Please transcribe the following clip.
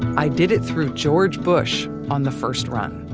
i did it through george bush on the first run.